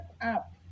up